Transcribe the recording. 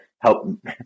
help